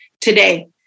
today